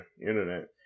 internet